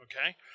okay